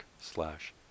slash